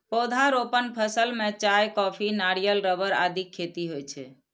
पौधारोपण फसल मे चाय, कॉफी, नारियल, रबड़ आदिक खेती होइ छै